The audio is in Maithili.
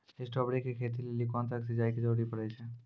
स्ट्रॉबेरी के खेती लेली कोंन तरह के सिंचाई के जरूरी पड़े छै?